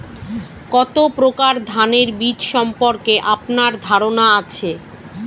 কত প্রকার ধানের বীজ সম্পর্কে আপনার ধারণা আছে?